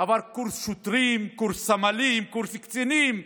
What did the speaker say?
עבר קורס שוטרים, קורס סמלים, קורס קצינים,